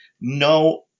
no